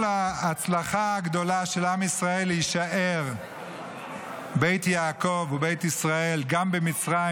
כל ההצלחה הגדולה של עם ישראל להישאר בית יעקב ובית ישראל גם במצרים,